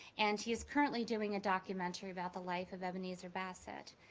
and he is currently doing a documentary about the life of ebenezer bassett.